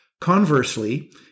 Conversely